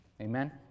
amen